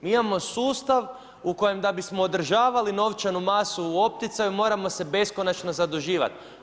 Mi imamo sustav u kojem da bismo održavali novčanu masu u opticaju moramo se beskonačno zaduživati.